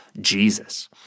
Jesus